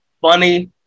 funny